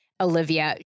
Olivia